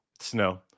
Snow